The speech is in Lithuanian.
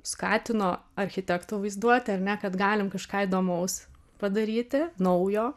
skatino architektų vaizduotę ar ne kad galim kažką įdomaus padaryti naujo